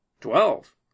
Twelve